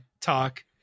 talk